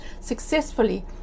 successfully